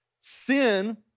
Sin